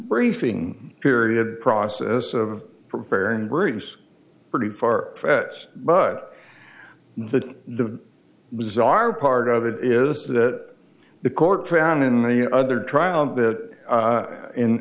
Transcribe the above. briefing period process of preparing bruce pretty far fetched but the bizarre part of it is that the court found in many other trials that in in